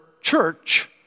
church